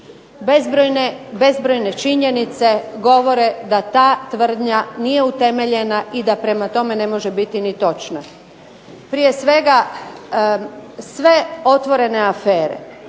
Bezbrojne činjenice govore da ta tvrdnja nije utemeljena i da prema tome ne može biti ni točna. Prije svega, sve otvorene afere,